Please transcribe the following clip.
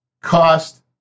cost